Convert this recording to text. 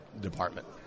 department